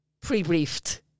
pre-briefed